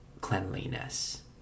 cleanliness